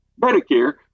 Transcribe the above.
Medicare